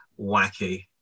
wacky